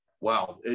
wow